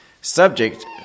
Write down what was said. subject